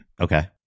Okay